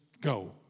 go